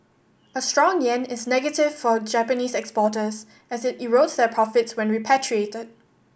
a strong yen is negative for Japanese exporters as it erodes their profits when repatriated